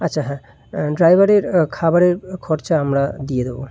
আচ্ছা হ্যাঁ ড্রাইভারের খাওয়ারের খরচা আমরা দিয়ে দেবো